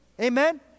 amen